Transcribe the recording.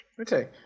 Okay